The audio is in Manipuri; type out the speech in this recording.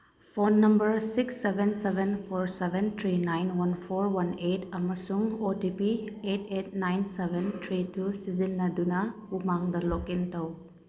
phone number six seven seven four seven three one nine one four one eight ꯑꯃꯁꯨꯡ O T P eight eight nine seven three two ꯁꯤꯖꯤꯟꯅꯗꯨꯅ ꯎꯃꯪꯗ ꯂꯣꯛ ꯏꯟ ꯇꯧ